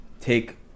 take